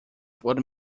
but